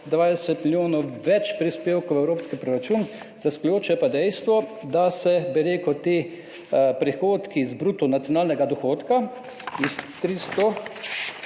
20 milijonov več prispevkov v evropski proračun. Zaskrbljujoče je dejstvo, da se ti prihodki iz bruto nacionalnega dohodka iz 346